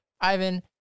Ivan